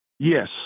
Yes